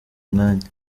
mwanya